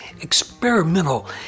experimental